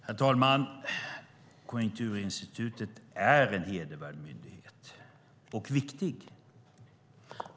Herr talman! Konjunkturinstitutet är en hedervärd myndighet, och viktig.